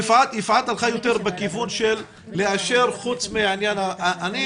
יפעת הלכה יותר בכיוון של לאשר חוץ מהעניין --- אני